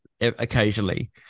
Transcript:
occasionally